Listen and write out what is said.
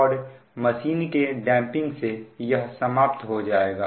और मशीन के डैंपिंग से यह समाप्त हो जाएगा